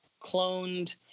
cloned